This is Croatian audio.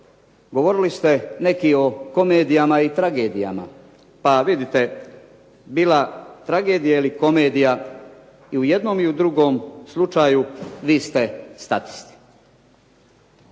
govorili ste neki o komedijama i tragedijama, pa vidite bila tragedija ili komedija, i u jednom i u drugom slučaju vi ste statisti.